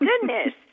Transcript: goodness